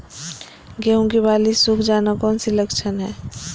गेंहू की बाली सुख जाना कौन सी लक्षण है?